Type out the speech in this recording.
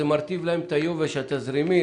זה מרטיב להם את היובש התזרימי,